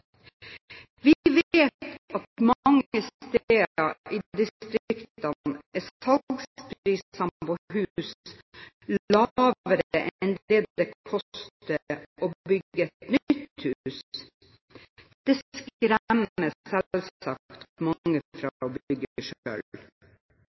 Vi vet at mange steder i distriktene er salgsprisene på hus lavere enn det det koster å bygge et